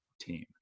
team